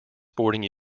sporting